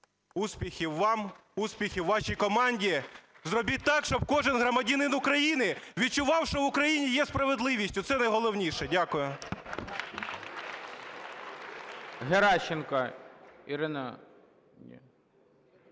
Успіхів вам! Успіхів вашій команді! Зробіть так, щоб кожен громадянин України відчував, що в Україні є справедливість – оце найголовніше. Дякую. (Оплески)